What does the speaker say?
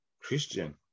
Christian